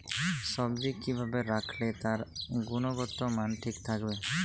সবজি কি ভাবে রাখলে তার গুনগতমান ঠিক থাকবে?